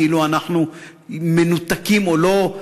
כאילו אנחנו מנותקים או לא.